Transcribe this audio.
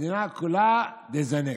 והמדינה כולה תזנק".